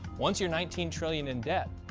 once you're nineteen trillion in debt,